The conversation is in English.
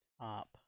Top